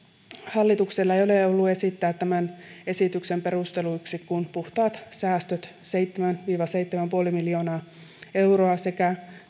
hallituksella ei ole ollut esittää tämän esityksen perusteluiksi kuin puhtaat säästöt seitsemän viiva seitsemän pilkku viisi miljoonaa euroa sekä